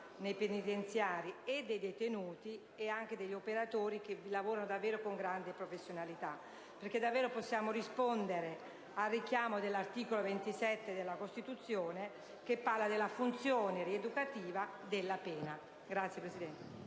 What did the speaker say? nei penitenziari, e dei detenuti e degli operatori, che vi lavorano davvero con grande professionalità, perché davvero possiamo rispondere al richiamo dell'articolo 27 della Costituzione alla funzione rieducativa della pena. *(Applausi